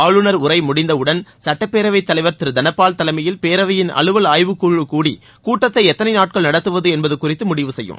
ஆளுநர் உரை முடிந்த உடன் சட்டப்பேரவைத் தலைவர் திரு தனபால் தலைமையில் பேரவையின் அலுவல் ஆய்வுக்குழு கூடி கூட்டத்தை எத்தனை நாட்கள் நடத்துவது என்பது குறித்து முடிவு செய்யும்